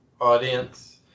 audience